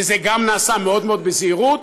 וזה גם נעשה מאוד מאוד בזהירות.